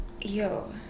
yo